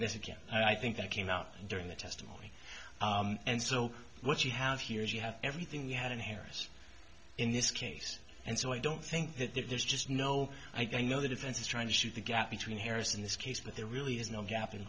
again i think that came out during the testimony and so what you have here is you have everything we had in harris in this case and so i don't think that there's just no i know the defense is trying to shoot the gap between hairs in this case but there really is no gap in